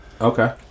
Okay